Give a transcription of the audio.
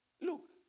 Look